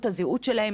ימצאו את הזהות שלהם,